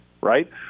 right